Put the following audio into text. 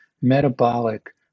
metabolic